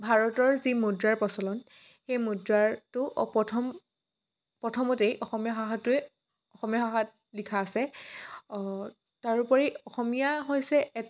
ভাৰতৰ যি মুদ্ৰাৰ প্ৰচলন সেই মুদ্ৰাৰটো প্ৰথম প্ৰথমতেই অসমীয়া ভাষাটোৱে অসমীয়া ভাষাত লিখা আছে তাৰোপৰি অসমীয়া হৈছে এক